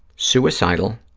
suicidal,